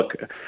look